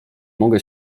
mogę